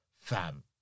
Fam